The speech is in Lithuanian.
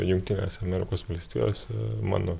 jungtinėse amerikos valstijose mano